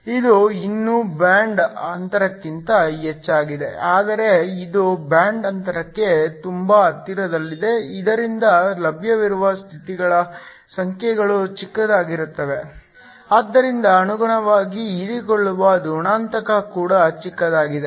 ಇದು ಇನ್ನೂ ಬ್ಯಾಂಡ್ ಅಂತರಕ್ಕಿಂತ ಹೆಚ್ಚಾಗಿದೆ ಆದರೆ ಇದು ಬ್ಯಾಂಡ್ ಅಂತರಕ್ಕೆ ತುಂಬಾ ಹತ್ತಿರದಲ್ಲಿದೆ ಇದರಿಂದ ಲಭ್ಯವಿರುವ ಸ್ಥಿತಿಗಳ ಸಂಖ್ಯೆಗಳು ಚಿಕ್ಕದಾಗಿರುತ್ತವೆ ಆದ್ದರಿಂದ ಅನುಗುಣವಾಗಿ ಹೀರಿಕೊಳ್ಳುವ ಗುಣಾಂಕ ಕೂಡ ಚಿಕ್ಕದಾಗಿದೆ